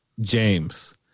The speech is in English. James